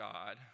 God